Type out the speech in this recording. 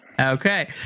Okay